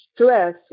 stress